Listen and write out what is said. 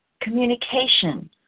Communication